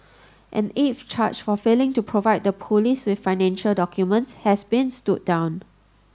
an eighth charge for failing to provide the police with financial documents has been stood down